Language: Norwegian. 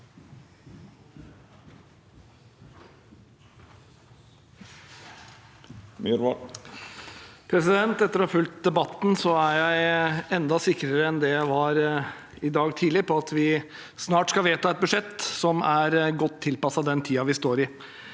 Etter å ha fulgt debatten er jeg enda sikrere enn det jeg var i dag tidlig på at vi snart skal vedta et budsjett som er godt tilpasset den tiden vi står i.